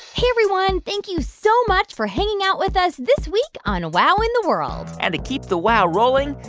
hey, everyone. thank you so much for hanging out with us this week on wow in the world and to keep the wow rolling,